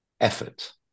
effort